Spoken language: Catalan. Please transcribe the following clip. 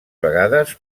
vegades